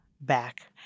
back